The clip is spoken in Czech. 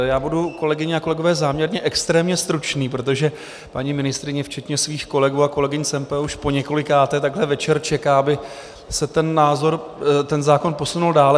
Já budu, kolegyně a kolegové, záměrně extrémně stručný, protože paní ministryně včetně svých kolegů a kolegyň z MPO už poněkolikáté takhle večer čeká, aby se ten zákon posunul dále.